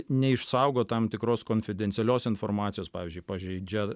neišsaugo tam tikros konfidencialios informacijos pavyzdžiui pažeidžia